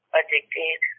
addicted